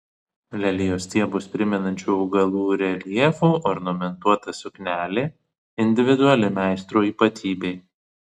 lelijos stiebus primenančių augalų reljefu ornamentuota suknelė individuali meistro ypatybė